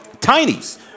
Tiny's